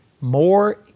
more